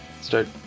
start